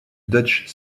deutsche